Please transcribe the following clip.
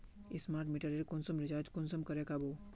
Smart मीटरेर कुंसम recharge कुंसम करे का बो?